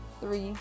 three